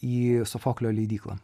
į sofoklio leidyklą